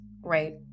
right